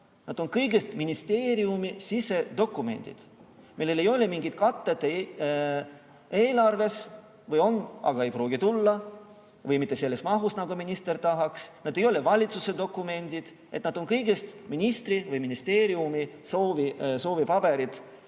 need on kõigest ministeeriumi sisedokumendid, millel ei ole mingit katet eelarves, või on, aga ei pruugi tulla, või mitte selles mahus, nagu minister tahaks. Need ei ole valitsuse dokumendid, need on kõigest ministri või ministeeriumi soovipaberid.